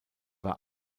war